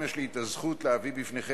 רבותי,